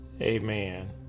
Amen